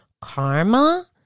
karma